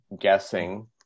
guessing